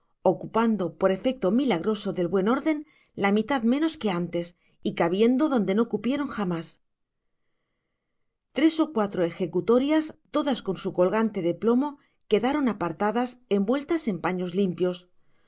ocupando por efecto milagroso del buen orden la mitad menos que antes y cabiendo donde no cupieron jamás tres o cuatro ejecutorias todas con su colgante de plomo quedaron apartadas envueltas en paños limpios